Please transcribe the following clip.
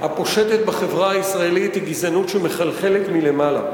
הפושטת בחברה הישראלית היא גזענות שמחלחלת מלמעלה.